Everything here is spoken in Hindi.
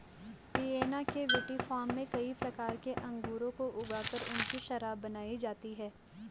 वियेना के विटीफार्म में कई प्रकार के अंगूरों को ऊगा कर उनकी शराब बनाई जाती है